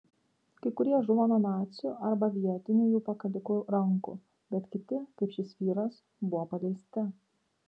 kai kurie žuvo nuo nacių arba vietinių jų pakalikų rankų bet kiti kaip šis vyras buvo paleisti